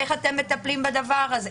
איך אתם מטפלים בדבר הזה?